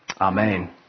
Amen